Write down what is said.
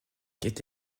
est